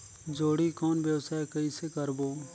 जोणी कौन व्यवसाय कइसे करबो?